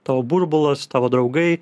tavo burbulas tavo draugai